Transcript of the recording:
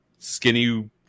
skinny